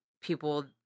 people